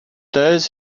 those